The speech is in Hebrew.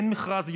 אין מכרז ייעודי,